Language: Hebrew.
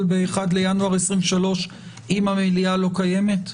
ב-1 בינואר 2023 אם המליאה לא קיימת?